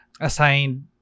assigned